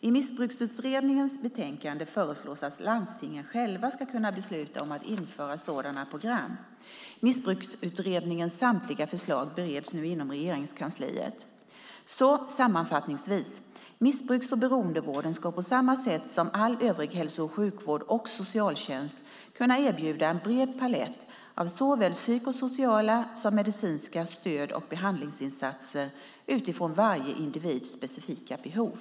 I Missbruksutredningens betänkande föreslås att landstingen själva ska kunna besluta om att införa sådana program. Missbruksutredningens samtliga förslag bereds nu inom Regeringskansliet. Sammanfattningsvis: Missbrukar och beroendevården ska på samma sätt som all övrig hälso och sjukvård och socialtjänst kunna erbjuda en bred palett av såväl psykosociala som medicinska stöd och behandlingsinsatser utifrån varje individs specifika behov.